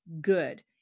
good